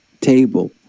table